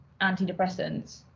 antidepressants